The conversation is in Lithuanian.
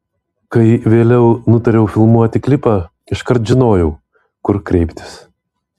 kai vėliau nutariau filmuoti klipą iškart žinojau kur kreiptis